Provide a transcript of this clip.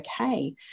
okay